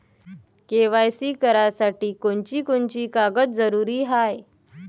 KYC करासाठी कोनची कोनची कागद जरुरी हाय?